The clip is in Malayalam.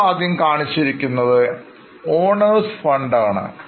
ഏറ്റവുമാദ്യം കാണിച്ചിരിക്കുന്നത് Owners Fundsആണ്